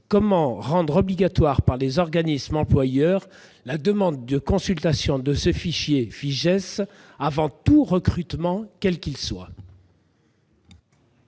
comment rendre obligatoire par les organismes employeurs la consultation du FIJAISV avant tout recrutement, quel qu'il soit ?